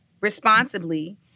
responsibly